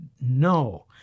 no